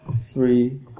three